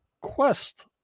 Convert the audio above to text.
Quest